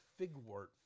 figwort